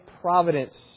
providence